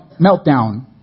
meltdown